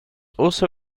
also